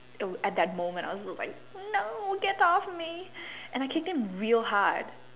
at that moment I was just like no get off me and I kicked him real hard